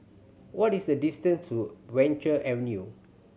what is the distance to Venture Avenue